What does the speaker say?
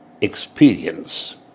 experience